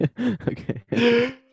Okay